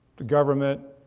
the government,